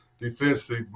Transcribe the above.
Defensive